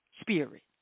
spirit